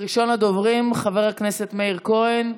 מאיר כהן,